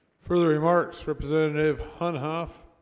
for the remarks representative hon huff